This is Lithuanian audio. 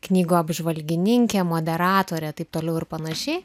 knygų apžvalgininkė moderatorė taip toliau ir panašiai